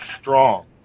strong